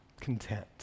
content